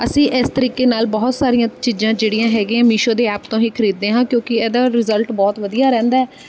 ਅਸੀਂ ਇਸ ਤਰੀਕੇ ਨਾਲ ਬਹੁਤ ਸਾਰੀਆਂ ਚੀਜ਼ਾਂ ਜਿਹੜੀਆਂ ਹੈਗੀਆਂ ਮੀਸ਼ੋ ਦੇ ਐਪ ਤੋਂ ਹੀ ਖਰੀਦਦੇ ਹਾਂ ਕਿਉਂਕਿ ਇਹਦਾ ਰਿਜ਼ਲਟ ਬਹੁਤ ਵਧੀਆ ਰਹਿੰਦਾ